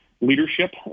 leadership